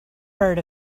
heard